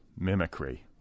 mimicry